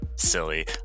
silly